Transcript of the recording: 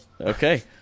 Okay